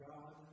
God